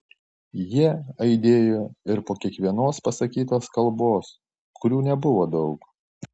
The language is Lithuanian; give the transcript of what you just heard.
jie aidėjo ir po kiekvienos pasakytos kalbos kurių nebuvo daug